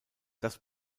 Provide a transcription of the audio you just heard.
das